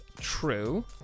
true